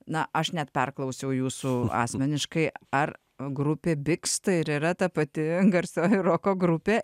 na aš net perklausiau jūsų asmeniškai ar grupė biks tai ir yra ta pati garsioji roko grupė